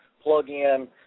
plug-in